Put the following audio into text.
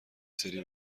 سری